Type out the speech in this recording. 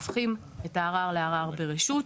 הופכים את הערר לערר ברשות.